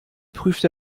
prüfte